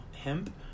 hemp